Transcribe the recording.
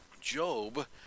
Job